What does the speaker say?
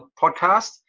podcast